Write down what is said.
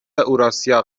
اوراسیا